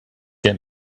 get